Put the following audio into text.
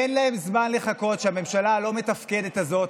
אין להם זמן לחכות שהממשלה הלא-מתפקדת הזאת